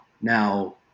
now